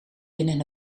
binnen